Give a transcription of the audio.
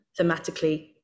thematically